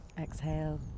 Exhale